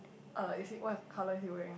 uh is it what color is he wearing